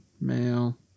Male